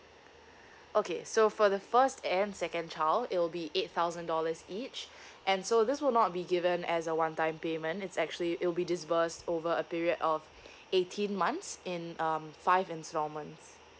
okay so for the first and second child it'll be eight thousand dollars each and so this will not be given as a one time payment it's actually it'll be disbursed over a period of eighteen months in um five installments